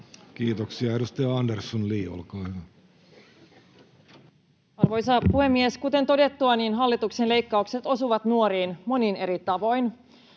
Kiitoksia. — Edustaja Andersson, Li, olkaa hyvä. Arvoisa puhemies! Kuten todettua, hallituksen leikkaukset osuvat nuoriin monin eri tavoin.